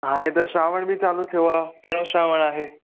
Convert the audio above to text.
हाणे त सावण बि चालू थियो आहे पहिरों सावणु आहे